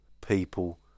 people